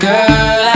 Girl